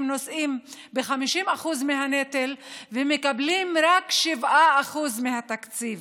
נושאים ב-50% מהנטל ומקבלים רק 7% מהתקציב,